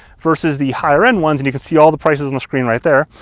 versus the higher end ones and you can see all the prices on the screen right there,